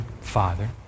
father